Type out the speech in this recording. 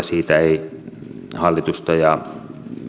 siitä ei hallitusta ja